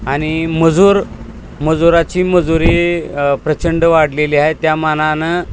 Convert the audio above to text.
आणि मजूर मजुराची मजुरी प्रचंड वाढलेली आहे त्या मानानं